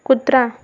कुत्रा